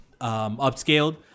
upscaled